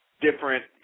different